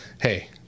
hey